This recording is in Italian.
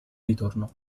ritorno